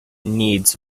needs